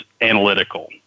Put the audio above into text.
analytical